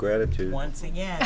gratitude once again